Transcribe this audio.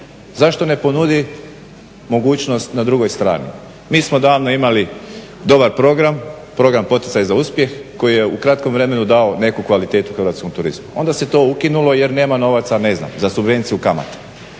zašto ne ponudi mogućnost na drugoj strani. Mi smo davno imali dobar program, program poticaja za uspjeh koji je u kratkom vremenu dao neku kvalitetu hrvatskom turizmu. Onda se to ukinulo jer nema novaca, ne znam za subvenciju kamate,